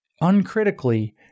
uncritically